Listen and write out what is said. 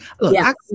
Look